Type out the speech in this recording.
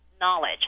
knowledge